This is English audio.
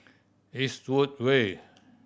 Eastwood Way